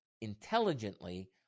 intelligently